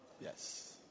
Yes